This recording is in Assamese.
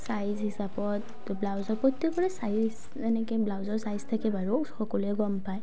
চাইজ হিচাপত ব্লাউজৰ প্ৰতেকৰে চাইজ এনেকৈ ব্লাউজৰ চাইজ থাকে বাৰু সকলোৱে গম পায়